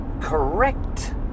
correct